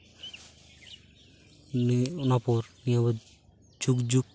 ᱚᱱᱟ ᱯᱚᱨ ᱱᱤᱭᱟᱹ ᱡᱩᱜᱽ ᱡᱩᱜᱽ